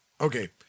Okay